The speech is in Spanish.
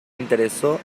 interesó